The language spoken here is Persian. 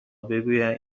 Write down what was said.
بگویند